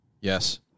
Yes